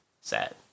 Sad